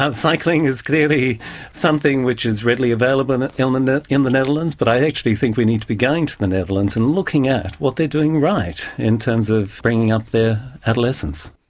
ah cycling is clearly something which is readily available um in and in the netherlands, but i actually think we need to be going to the netherlands and looking at what they're doing right in terms of bringing up their adolescents.